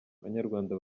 banyarwanda